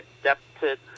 adapted